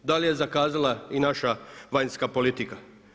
Da li je zakazala i naša vanjska politika?